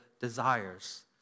desires